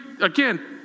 again